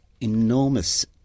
enormous